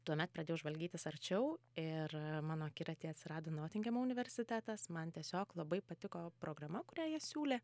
tuomet pradėjau žvalgytis arčiau ir mano akiratyje atsirado notingemo universitetas man tiesiog labai patiko programa kurią jie siūlė